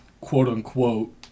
quote-unquote